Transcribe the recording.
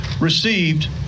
received